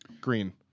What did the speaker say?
Green